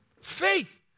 faith